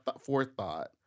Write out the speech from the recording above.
forethought